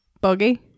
buggy